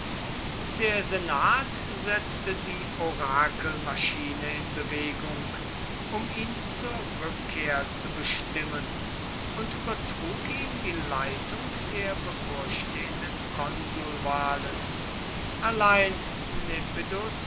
der senat setzte die orakelmaschine in bewegung um ihn zur rückkehr zu bestimmen und übertrug ihm die leitung der bevorstehenden konsulwahlen allein